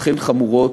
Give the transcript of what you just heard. אכן חמורות.